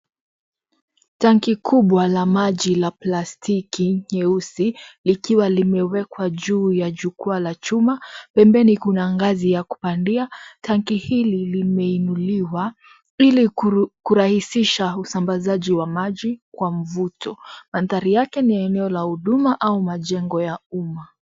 Tanki kubwa, la maji, la plastiki, nyeusi, likiwa limewejwa juu ya jukwaa la chuma, pembeni kuna ngazi ya kupandia, tanki hili, limeinuliwa, ili kuru, kurahisisha usambazaji wa maji, kwa mvuto, manthari yake ni eneo la huduma, au majengo ya uma.